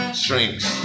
strings